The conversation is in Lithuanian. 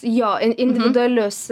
jo in individualius